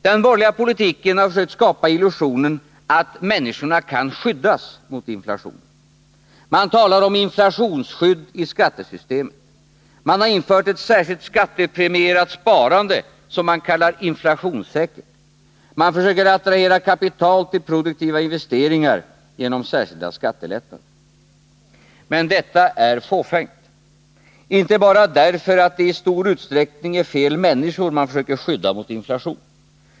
Den borgerliga politiken har försökt skapa illusionen att människorna kan skyddas mot inflationen. Man talar om inflationsskydd i skattesystemet, man har infört ett särskilt skattepremierat sparande som man kallar inflationssäkert, man försöker attrahera kapital till produktiva investeringar genom särskilda skattelättnader. Men detta är fåfängt. Inte bara därför att det i stor utsträckning är fel människor man försöker skydda mot inflationen.